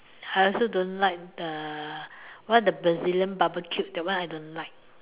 I also don't like the what the Brazilian barbeque that one I don't like